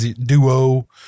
duo